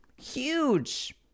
huge